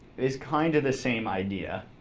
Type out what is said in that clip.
is kind of the same idea,